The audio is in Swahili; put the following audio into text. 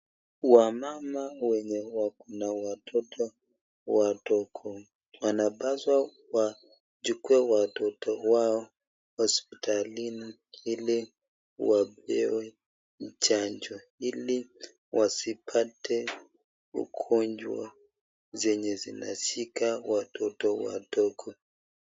Wamama wenye wako na watoto wadogo, wanapaswa wachukue watoto wao hospitalini ili wapewe chanjo ili wasipate ugonjwa zenye zinashika watoto wadogo.